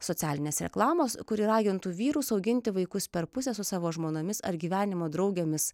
socialinės reklamos kuri ragintų vyrus auginti vaikus per pusę su savo žmonomis ar gyvenimo draugėmis